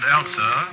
Elsa